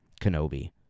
Kenobi